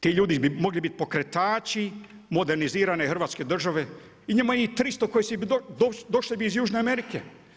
Ti ljudi bi mogli biti pokretači modernizirane Hrvatske države i ima ih 300 koji bi došli iz Južne Amerike.